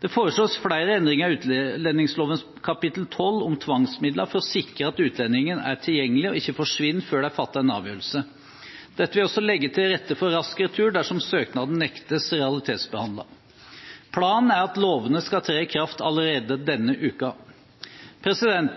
Det foreslås flere endringer i utlendingslovens kapittel 12 om tvangsmidler for å sikre at utlendingen er tilgjengelig og ikke forsvinner før det er fattet en avgjørelse. Dette vil også legge til rette for rask retur dersom søknaden nektes realitetsbehandlet. Planen er at lovene skal tre i kraft allerede denne uken.